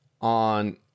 on